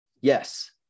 Yes